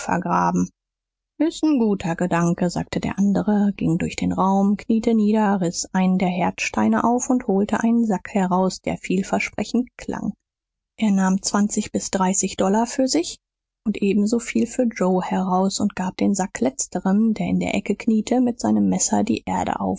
vergraben s ist n guter gedanke sagte der andere ging durch den raum kniete nieder riß einen der herdsteine auf und holte einen sack heraus der vielversprechend klang er nahm zwanzig bis dreißig dollar für sich und ebensoviel für joe heraus und gab den sack letzterem der in der ecke kniete mit seinem messer die erde